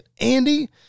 Andy